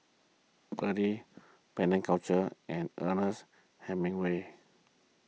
Burnie Penang Culture and Ernest Hemingway